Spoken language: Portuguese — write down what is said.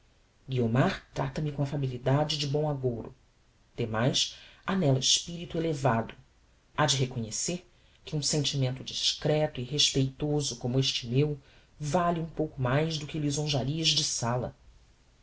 com affabilidade de bom agouro demais ha nella espirito elevado ha de reconhecer que um sentimento discreto e respeitoso como este meu vale um pouco mais do que lisonjarias de sala